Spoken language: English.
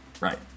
Right